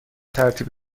ترتیب